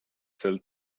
sell